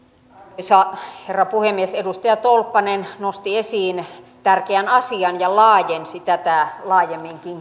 arvoisa herra puhemies edustaja tolppanen nosti esiin tärkeän asian ja laajensi tätä laajemminkin